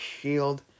shield